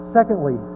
Secondly